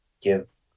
give